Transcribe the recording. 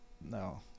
no